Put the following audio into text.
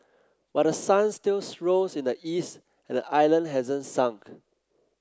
but the sun still rose in the east and the island hasn't sunk